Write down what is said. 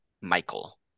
Michael